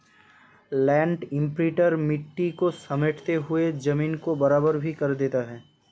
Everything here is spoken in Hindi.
लैंड इम्प्रिंटर मिट्टी को समेटते हुए जमीन को बराबर भी कर देता है